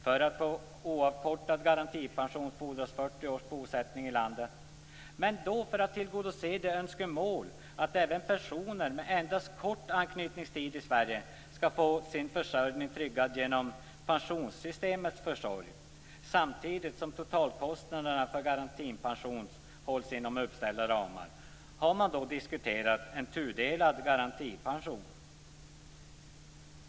För att få oavkortad garantipension fordras 40 års bosättning i landet. Men för att tillgodose önskemålet att även personer med endast kort anknytningstid till Sverige skall få sin försörjning tryggad genom pensionssystemets försorg, samtidigt som totalkostnaderna för garantipensionen hålls inom uppställda ramar, har man diskuterat en tudelad garantipension.